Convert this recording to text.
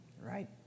Right